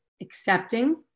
accepting